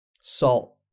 salt